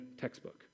textbook